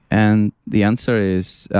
and the answer is,